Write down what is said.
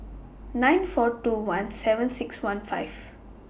nine four two one seven six one five